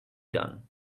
done